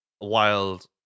wild